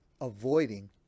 avoiding